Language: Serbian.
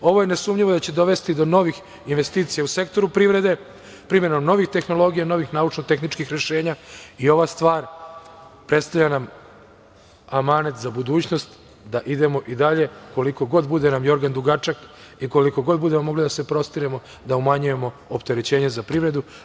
Ovo je nesumnjivo da će dovesti do novih investicija u sektoru privrede primenom novih tehnologija, novih naučno-tehničkih rešenja i ova stvar predstavlja nam amanet za budućnost da idemo i dalje koliko god bude nam "jorgan dugačak" i koliko god budemo mogli da se prostiremo da umanjujemo opterećenje za privredu.